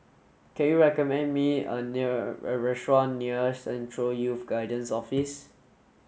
can you recommend me a near restaurant near Central Youth Guidance Office